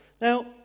Now